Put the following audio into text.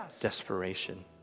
desperation